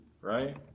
right